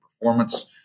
performance